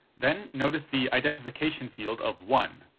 then, notice the identification field of one.